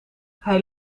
hij